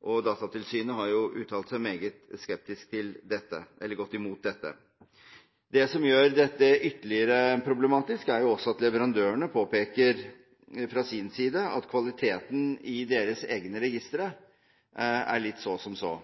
Datatilsynet har uttalt seg meget skeptisk og gått imot dette. Det som gjør dette ytterligere problematisk, er også at leverandørene fra sin side påpeker at kvaliteten i deres egne registre er så som så.